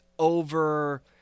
over